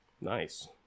nice